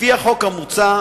לפי החוק המוצע,